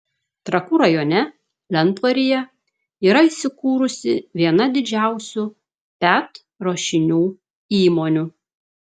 trakų rajone lentvaryje yra įsikūrusi viena didžiausių pet ruošinių įmonių